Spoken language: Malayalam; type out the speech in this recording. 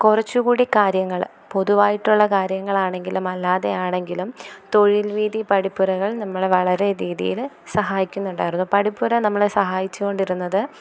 കുറച്ചുകൂടി കാര്യങ്ങൾ പൊതുവായിട്ടുളള കാര്യങ്ങളാണെങ്കിലും അല്ലാതെയാണെങ്കിലും തൊഴിൽവീഥി പഠിപ്പുരകൾ നമ്മളെ വളരെ രീതിയിൽ സഹായിക്കുന്നുണ്ടായിരുന്നു പഠിപ്പുര നമ്മളെ സഹായിച്ചുകൊണ്ടിരുന്നത്